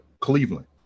Cleveland